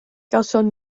gawson